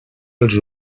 els